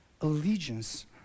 allegiance